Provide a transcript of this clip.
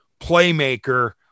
playmaker